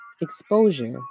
exposure